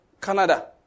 Canada